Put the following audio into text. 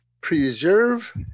preserve